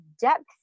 depth